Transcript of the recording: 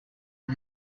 ubu